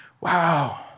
wow